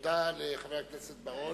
תודה לחבר הכנסת בר-און.